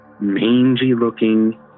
mangy-looking